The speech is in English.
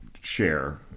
share